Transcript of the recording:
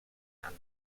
and